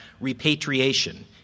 Repatriation